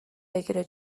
بگیره